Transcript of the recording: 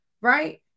right